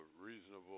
reasonable